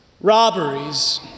robberies